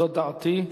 זו דעתי,